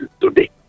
today